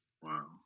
Wow